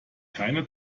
keine